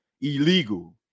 illegal